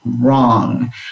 wrong